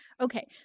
Okay